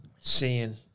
seeing